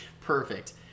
perfect